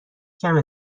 کمه